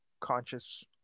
conscious